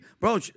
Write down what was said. Bro